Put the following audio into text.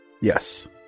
yes